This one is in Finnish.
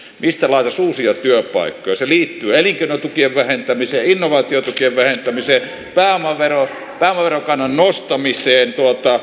mistä saataisiin uusia työpaikkoja se liittyy elinkeinotukien vähentämiseen innovaatiotukien vähentämiseen pääomaverokannan nostamiseen